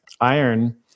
Iron